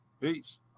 Peace